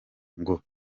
ngo